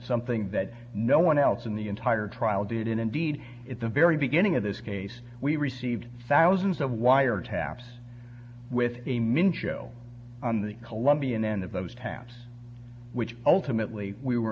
something that no one else in the entire trial did indeed at the very beginning of this case we received thousands of wire taps with a min show on the colombian end of those taps which ultimately we were